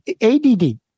ADD